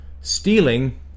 stealing